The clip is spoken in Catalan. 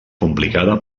complicada